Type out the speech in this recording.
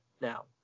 now